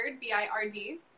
B-I-R-D